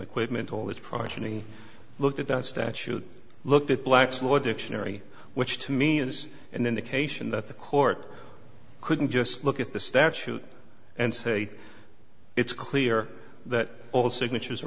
equipment all its progeny looked at that statute looked at black's law dictionary which to me is an indication that the court couldn't just look at the statute and say it's clear that all signatures are